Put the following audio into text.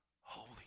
holy